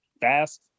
fast